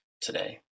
today